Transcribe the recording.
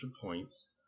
points